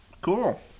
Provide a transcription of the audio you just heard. cool